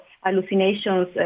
hallucinations